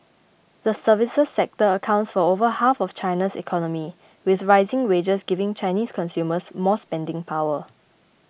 the services sector accounts for over half of China's economy with rising wages giving Chinese consumers more spending power